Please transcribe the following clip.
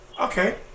okay